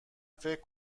فکر